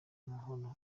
w’amahoro